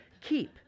keep